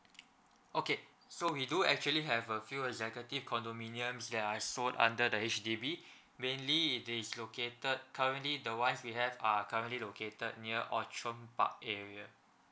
okay so we do actually have uh few executive condominiums that are sold under the H_D_B mainly it is located currently the ones we have are currently located near orchard park area